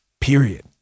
period